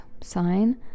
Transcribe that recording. sign